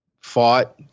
fought